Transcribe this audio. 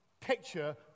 picture